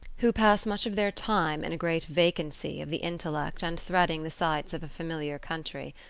who pass much of their time in a great vacancy of the intellect and threading the sights of a familiar country.